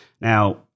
Now